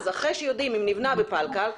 אחרי שיודעים אם נבנה בפלקל,